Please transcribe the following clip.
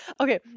okay